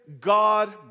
God